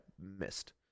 missed